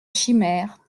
chimère